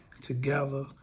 together